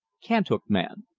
cant-hook man,